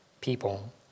people